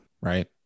Right